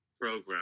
program